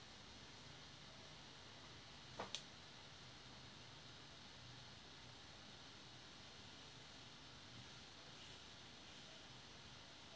uh